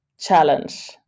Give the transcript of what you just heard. challenge